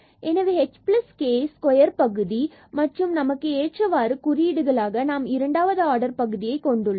எனவே h k square பகுதி மற்றும் நமக்கு ஏற்றவாறு குறியீடுகளாக நாம் இங்கு இரண்டாவது ஆர்டர் பகுதியை கொண்டுள்ளோம்